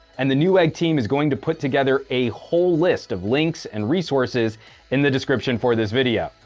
and the newegg team is going to put together a whole list of links and resources in the description for this video.